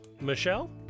Michelle